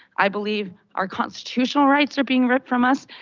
i believe our constitutional rights are being ripped from us.